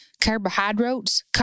carbohydrates